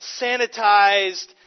sanitized